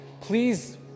please